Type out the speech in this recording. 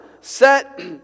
set